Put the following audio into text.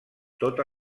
tota